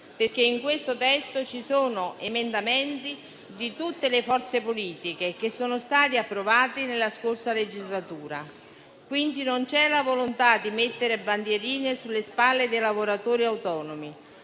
perché in questo testo ci sono emendamenti di tutte le forze politiche, che sono state approvati nella scorsa legislatura. Non c'è quindi la volontà di mettere bandierine sulle spalle dei lavoratori autonomi: